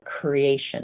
creation